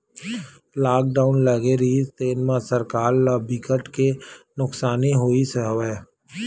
lockdown लगे रिहिस तेन म सरकार ल बिकट के नुकसानी होइस हवय